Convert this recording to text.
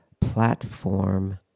platform